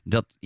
Dat